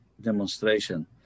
demonstration